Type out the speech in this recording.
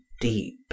deep